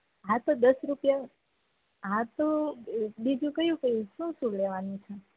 હા તો દસ રૂપિયા હા તો એ બીજું કયું કયું શું શું લેવાનું છે